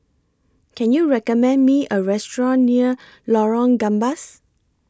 Can YOU recommend Me A Restaurant near Lorong Gambas